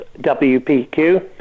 WPQ